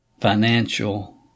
financial